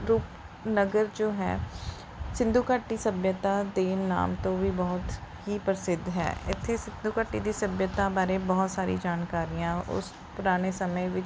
ਰੂਪਨਗਰ ਜੋ ਹੈ ਸਿੰਧੂ ਘਾਟੀ ਸੱਭਿਅਤਾ ਦੇ ਨਾਮ ਤੋਂ ਵੀ ਬਹੁਤ ਹੀ ਪ੍ਰਸਿੱਧ ਹੈ ਇੱਥੇ ਸਿੰਧੂ ਘਾਟੀ ਦੀ ਸੱਭਿਅਤਾ ਬਾਰੇ ਬਹੁਤ ਸਾਰੀ ਜਾਣਕਾਰੀਆਂ ਉਸ ਪੁਰਾਣੇ ਸਮੇਂ ਵਿੱਚ